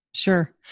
Sure